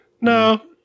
No